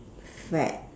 fad